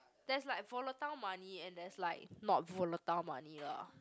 there's like volatile money and there's like not volatile money lah